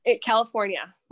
California